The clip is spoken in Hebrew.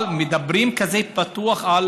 אבל מדברים פתוח על